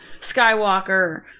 skywalker